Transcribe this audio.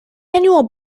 annual